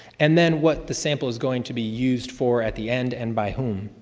and then what the samples going to be used for at the end and by whom.